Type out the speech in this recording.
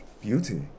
beauty